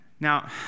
Now